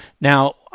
Now